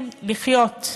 כן, לחיות.